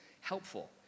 helpful